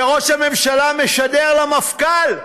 וראש הממשלה משדר למפכ"ל,